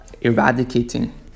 eradicating